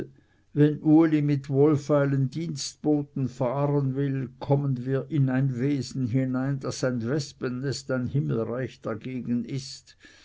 wenn uli mit wohlfeilen dienstboten fahren will kommen wir in ein wesen hinein daß ein wespennest ein himmelreich dagegen ist